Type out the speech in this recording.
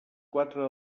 quatre